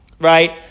right